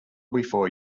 before